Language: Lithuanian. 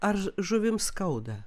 ar žuvims skauda